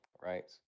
right